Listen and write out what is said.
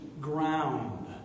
ground